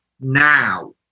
now